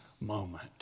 moment